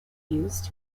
used